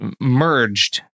merged